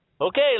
Okay